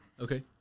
okay